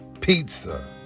Pizza